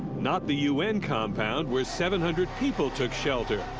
not the un compound, where seven hundred people took shelter.